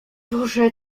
boże